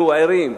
אנחנו ערים,